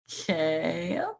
Okay